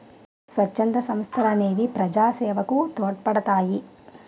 స్వచ్ఛంద సంస్థలనేవి ప్రజాసేవకు తోడ్పడతాయి